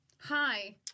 Hi